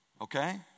okay